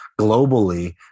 globally